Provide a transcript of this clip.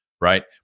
right